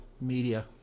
media